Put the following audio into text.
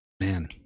Man